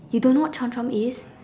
you don't know what Chomp Chomp is